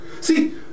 See